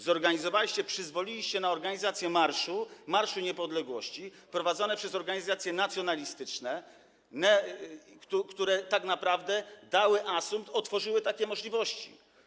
Zorganizowaliście, przyzwoliliście na organizację marszu, Marszu Niepodległości, prowadzonego przez organizacje nacjonalistyczne, które tak naprawdę dały asumpt, otworzyły takie możliwości.